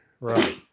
right